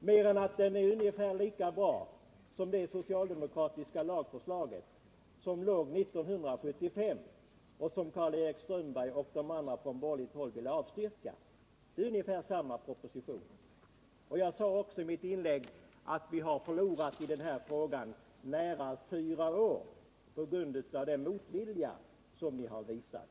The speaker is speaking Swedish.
mer än att den är ungefär lika bra som det socialdemokratiska lagförslag som förelåg 1975 och som Karl-Erik Strömberg och de andra på borgerligt håll ville avstyrka. Jag sade också i mitt inlägg att vi i denna fråga har förlorat nära fyra år på grund av den ovilja som ni sålunda har visat att göra något i detta sammanhang.